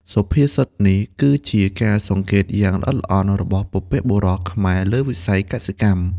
សុភាសិតនេះគឺជាការសង្កេតយ៉ាងល្អិតល្អន់របស់បុព្វបុរសខ្មែរលើវិស័យកសិកម្ម។